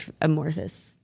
amorphous